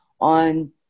on